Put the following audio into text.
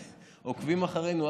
עוקבים אחרינו,